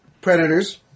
Predators